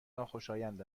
ناخوشایند